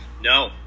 No